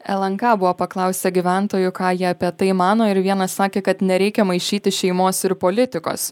lnk buvo paklausę gyventojų ką jie apie tai mano ir vienas sakė kad nereikia maišyti šeimos ir politikos